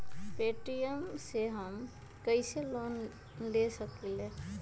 Paytm से हम कईसे लोन ले सकीले?